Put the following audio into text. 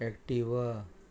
Activa